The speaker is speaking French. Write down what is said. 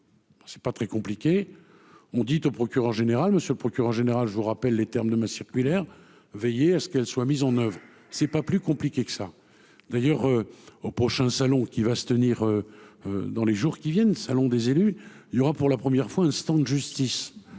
C'est pas très compliqué, on dit au procureur général, monsieur le procureur général, je vous rappelle les termes de ma circulaire veiller à ce qu'elle soit mise en oeuvre, c'est pas plus compliqué que ça, d'ailleurs au prochain salon qui va se tenir dans les jours qui viennent, salon des élus, il y aura, pour la première fois un stand justice